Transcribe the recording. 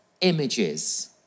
images